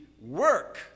work